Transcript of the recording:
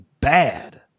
bad